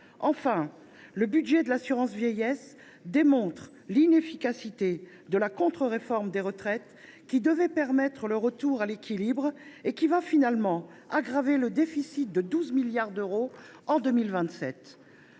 Enfin, le budget de l’assurance vieillesse démontre l’inefficacité de la contre réforme des retraites, qui devait permettre le retour à l’équilibre et qui aggravera finalement le déficit de 12 milliards d’euros en 2027.